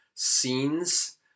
Scenes